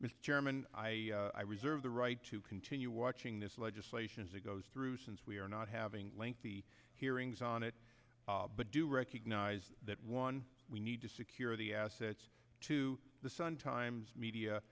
chairman i i reserve the right to continue watching this legislation as it goes through since we are not having lengthy hearings on it but do recognize that one we need to secure the assets to the sun times media